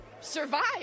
survive